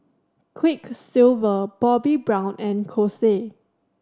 Quiksilver Bobbi Brown and Kose